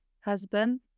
husband